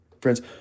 Friends